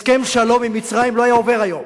הסכם שלום עם מצרים לא היה עובר היום,